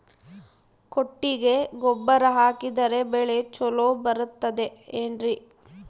ಕೊಟ್ಟಿಗೆ ಗೊಬ್ಬರ ಹಾಕಿದರೆ ಬೆಳೆ ಚೊಲೊ ಬರುತ್ತದೆ ಏನ್ರಿ?